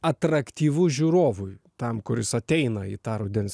atraktyvu žiūrovui tam kuris ateina į tą rudens